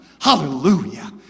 Hallelujah